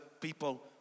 people